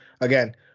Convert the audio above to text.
again